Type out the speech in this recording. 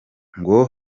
ngo